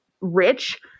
rich